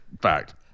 fact